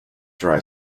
dry